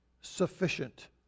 sufficient